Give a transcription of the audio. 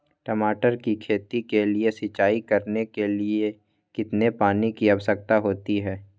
टमाटर की खेती के लिए सिंचाई करने के लिए कितने पानी की आवश्यकता होती है?